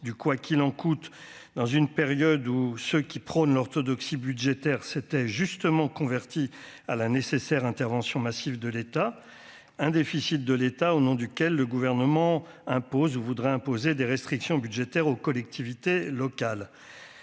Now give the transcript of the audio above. du quoi qu'il en coûte, dans une période où ceux qui prône l'orthodoxie budgétaire, c'était justement converti à la nécessaire intervention massive de l'État, un déficit de l'État au nom duquel le gouvernement impose ou voudrait imposer des restrictions budgétaires aux collectivités locales,